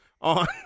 on